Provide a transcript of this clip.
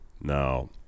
now